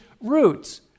roots